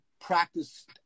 practice